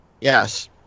Yes